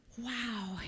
Wow